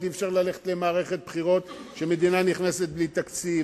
אי-אפשר ללכת למערכת בחירות כשמדינה נכנסת בלי תקציב.